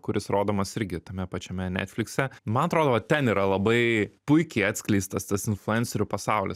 kuris rodomas irgi tame pačiame netflikse man atrodo va ten yra labai puikiai atskleistas tas influencerių pasaulis